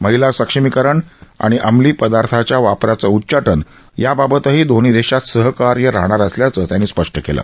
महिला सक्षमीकरण अमली पदार्थांच्या वापराचं उच्चाटन याबाबतही दोन्ही देशात सहकार्य राहणार असल्याचं त्यांनी स्पष्ट केलं